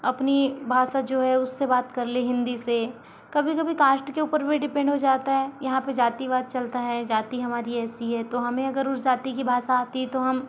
अपनी भाषा जो है उससे बात कर लें हिंदी से कभी कभी कास्ट के ऊपर भी डिपेंड हो जाता है यहाँ पर जातिवाद चलता है जाति हमारी ऐसी है तो हमें अगर उस जाति की भाषा आती तो हम